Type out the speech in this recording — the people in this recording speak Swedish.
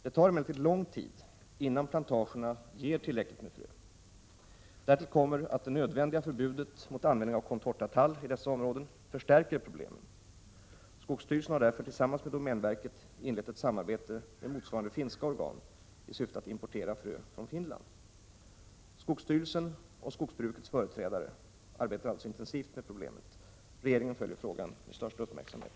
Det tar emellertid lång tid innan plantagerna ger — Prot. 1987/88:43 tillräckligt med frö. Därtill kommer att det nödvändiga förbudet mot 11 december 1987 användning av contortatall i dessa områden förstärker problemen. Skogssty= == gm relsen har därför tillsammans med domänverket inlett ett samarbete med motsvarande finska organ i syfte att importera frö från Finland. Skogsstyrelsen och skogsbrukets företrädare arbetar alltså intensivt med problemet. Regeringen följer frågan med största uppmärksamhet.